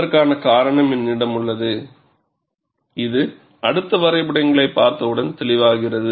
அதற்கான காரணம் என்னிடம் உள்ளது இது அடுத்த வரைபடங்களைப் பார்த்தவுடன் தெளிவாகிறது